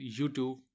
YouTube